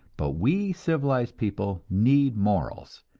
but we civilized people need morals,